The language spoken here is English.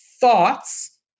thoughts